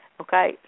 Okay